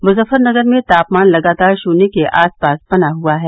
मुजफ्फरनगर में तापमान लगातार शृन्य के आसपास बना हुआ है